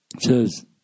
says